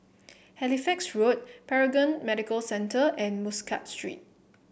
Halifax Road Paragon Medical Centre and Muscat Street